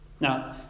Now